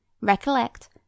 Recollect